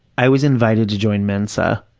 i was invited to join mensa,